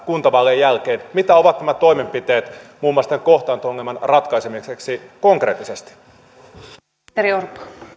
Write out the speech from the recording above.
kuntavaalien jälkeen mitä ovat nämä toimenpiteet muun muassa kohtaanto ongelman ratkaisemiseksi konkreettisesti